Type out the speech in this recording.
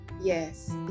Yes